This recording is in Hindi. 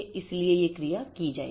इसलिए ये क्रिया की जाएगी